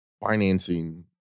financing